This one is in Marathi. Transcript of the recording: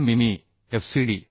06 मिमी FCD